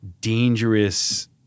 dangerous